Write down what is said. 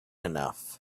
enough